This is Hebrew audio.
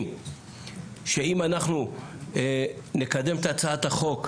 שהעבודה שלהן שונה,